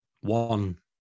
one